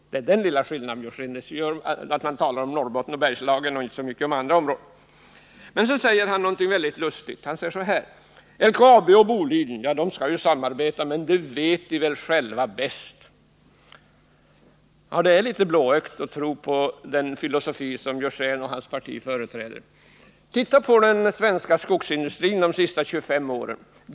Det är den lilla skillnaden som gör att man talar om Norrbotten och Bergslagen och inte så mycket om andra områden. LKAB och Boliden skall samarbeta, och hur det skall gå till vet väl företagen bäst själva, säger Karl Björzén vidare. Ja, det är litet blåögt att tro på den filosofi som Karl Björzén och hans parti företräder. Titta på hur det har gått till inom den svenska skogsindustrin under de senaste 25 åren.